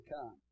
come